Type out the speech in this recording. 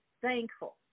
thankful